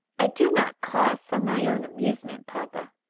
i do not cough for my own amusement, papa.